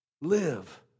live